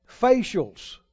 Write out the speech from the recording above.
facials